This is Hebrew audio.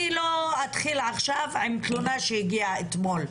אני לא אתחיל עכשיו עם תלונה שהגיעה אתמול בערב,